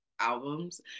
albums